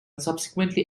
subsequently